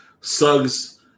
Suggs